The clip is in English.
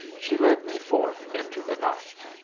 she led me forth into the night.